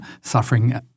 suffering